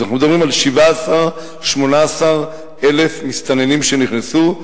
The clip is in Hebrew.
אנחנו מדברים על 17,000 18,000 מסתננים שנכנסו.